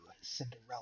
Cinderella